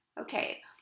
Okay